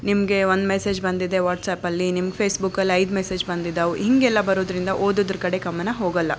ನಿಮಗೆ ಒಂದು ಮೆಸೇಜ್ ಬಂದಿದೆ ವಾಟ್ಸಾಪಲ್ಲಿ ನಿಮ್ಗೆ ಫೇಸ್ಬುಕ್ಕಲ್ಲಿ ಐದು ಮೆಸೇಜ್ ಬಂದಿದ್ದಾವೆ ಹೀಗೆಲ್ಲ ಬರೋದ್ರಿಂದ ಓದೋದ್ರ ಕಡೆ ಗಮನ ಹೋಗೋಲ್ಲ